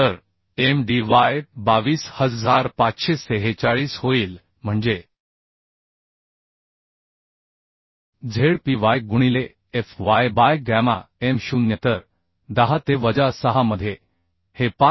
तर M D Y 22546 होईल म्हणजे zpy गुणिले fy बाय गॅमा M 0 तर 10 ते वजा 6 मध्ये हे 5